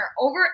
over